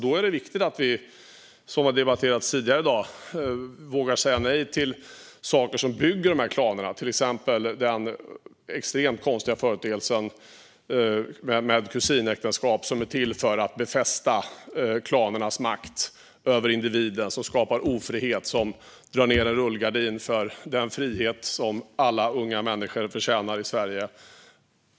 Då är det viktigt, vilket har debatterats tidigare i dag, att vi vågar säga nej till saker som bygger de här klanerna, till exempel den extremt konstiga företeelsen med kusinäktenskap som är till för att befästa klanernas makt över individen och som skapar ofrihet och drar ned en rullgardin för den frihet som alla unga människor förtjänar i Sverige.